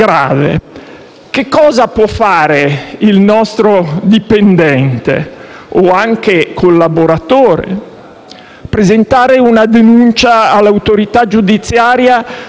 Che cosa può fare il nostro dipendente o anche collaboratore? Presentare una denuncia all'autorità giudiziaria?